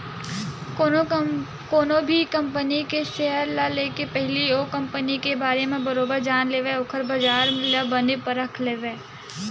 कोनो भी कंपनी के सेयर ल लेके पहिली ओ कंपनी के बारे म बरोबर जान लेवय ओखर बजार ल बने परख लेवय